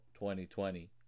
2020